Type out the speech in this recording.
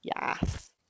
Yes